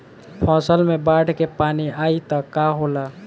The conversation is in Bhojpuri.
फसल मे बाढ़ के पानी आई त का होला?